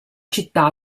città